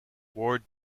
wore